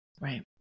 right